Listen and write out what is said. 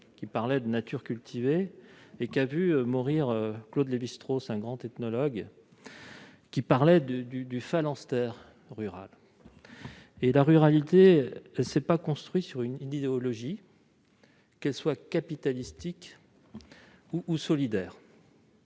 qui parlait de nature cultivée, et qui a vu mourir Claude Lévi-Strauss, ce grand ethnologue qui parlait du « phalanstère rural ». La ruralité ne s'est pas construite sur une idéologie, qu'elle soit capitalistique ou solidaire.